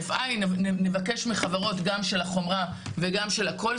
לבקש מחברות גם של החומרה וגם של המוקד